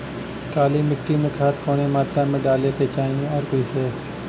काली मिट्टी में खाद कवने मात्रा में डाले के चाही अउर कइसे?